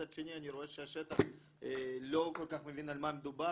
מצד שני אני רואה שהשטח לא כל כך מבין על מה מדובר.